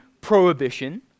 prohibition